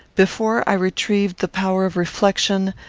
before i retrieved the power of reflection,